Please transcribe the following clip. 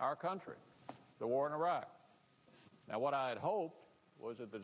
our country the war in iraq now what i had hoped was at the